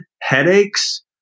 headaches